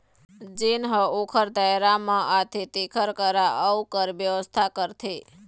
जेन ह ओखर दायरा म आथे तेखर करा अउ कर बेवस्था करथे